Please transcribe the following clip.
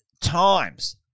times